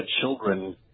children